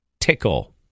Tickle